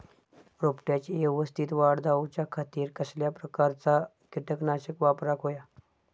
रोपट्याची यवस्तित वाढ जाऊच्या खातीर कसल्या प्रकारचा किटकनाशक वापराक होया?